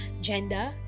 gender